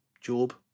Job